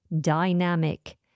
Dynamic